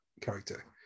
character